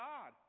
God